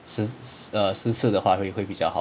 十 err 十次的话会会比较好